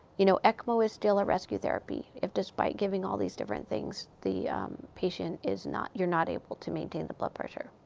you know, ecmo is still a rescue therapy, if despite giving all these different things, the patient is not you're not able to maintain the blood pressure.